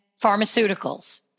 pharmaceuticals